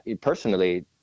personally